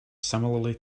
similarly